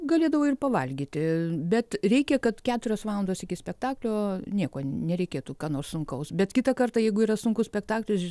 galėdavau ir pavalgyti bet reikia kad keturios valandos iki spektaklio nieko nereikėtų ką nors sunkaus bet kitą kartą jeigu yra sunkus spektaklis